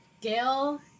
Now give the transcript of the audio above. Gail